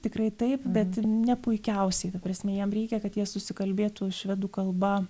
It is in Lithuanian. tikrai taip bet ne puikiausiai ta prasme jiem reikia kad jie susikalbėtų švedų kalba